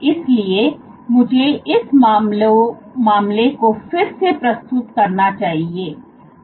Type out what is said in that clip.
इसलिए मुझे इस मामले को फिर से प्रस्तुत करना चाहिए